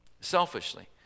Selfishly